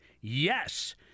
yes